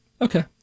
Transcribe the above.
Okay